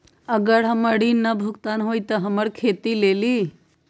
अगर हमर ऋण न भुगतान हुई त हमर घर खेती लेली?